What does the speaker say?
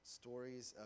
stories